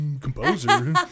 composer